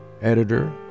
editor